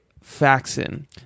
Faxon